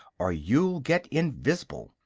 or you'll get invis'ble,